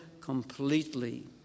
completely